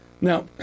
Now